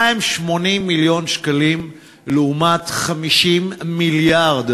מה הם 80 מיליון שקלים לעומת 50 מיליארד